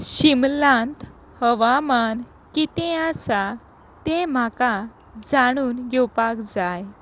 शिमलांत हवामान कितें आसा तें म्हाका जाणून घेवपाक जाय